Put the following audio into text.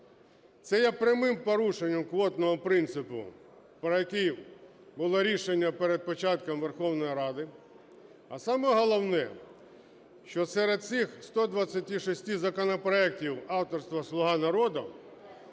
Це є прямим порушенням квотного принципу, про який було рішення перед початком Верховної Ради. А саме головне, що серед цих 126 законопроектів авторства "Слуги народу"